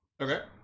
Okay